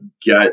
get